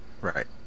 right